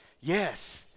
Yes